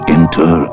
enter